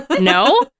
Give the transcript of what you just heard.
No